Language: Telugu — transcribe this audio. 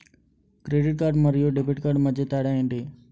క్రెడిట్ కార్డ్ మరియు డెబిట్ కార్డ్ మధ్య తేడా ఎంటి?